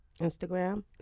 Instagram